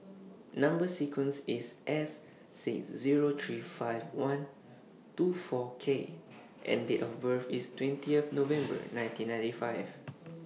Number sequence IS S six Zero three five one two four K and Date of birth IS twentieth November nineteen ninety five